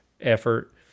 effort